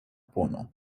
puno